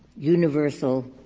universal